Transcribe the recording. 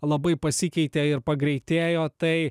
labai pasikeitė ir pagreitėjo tai